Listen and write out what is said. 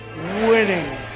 winning